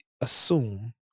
assume